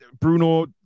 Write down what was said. Bruno